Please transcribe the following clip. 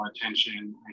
attention